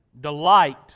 delight